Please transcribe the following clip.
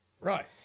Right